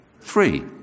Three